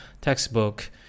textbook